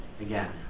Again